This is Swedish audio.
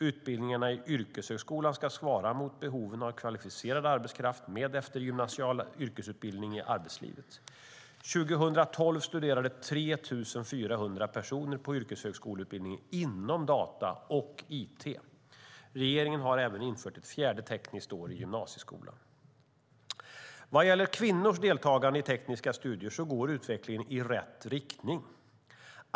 Utbildningarna i yrkeshögskolan ska svara mot behoven av kvalificerad arbetskraft med eftergymnasial yrkesutbildning i arbetslivet. År 2012 studerade 3 400 personer på yrkeshögskoleutbildningar inom data och it. Regeringen har även infört ett fjärde tekniskt år inom gymnasieskolan. Vad gäller kvinnors deltagande i tekniska studier går utvecklingen i rätt riktning.